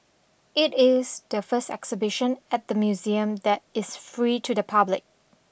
it is the first exhibition at the museum that is free to the public